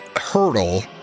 hurdle